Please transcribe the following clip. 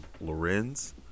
Lorenz